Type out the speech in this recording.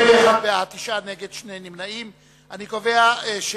41 בעד, נגד, 9, נמנעים, 2. אני קובע שסעיף